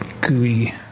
gooey